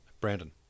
Brandon